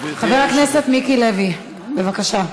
חבר הכנסת מיקי לוי, בבקשה.